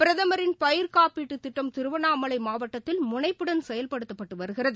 பிரதமின் பயிர் காப்பீட்டுத் திட்டம் திருவண்ணாமலைமாவட்டத்தில் முனைப்புடன் செயல்படுத்தப்பட்டுவருகிறது